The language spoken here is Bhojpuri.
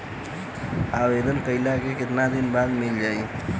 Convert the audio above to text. आवेदन कइला के कितना दिन बाद मिल जाई?